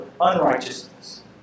unrighteousness